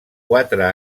quatre